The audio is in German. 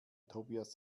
tobias